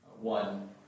one